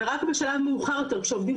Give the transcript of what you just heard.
אפשר היה להעביר אליהם את הכספים.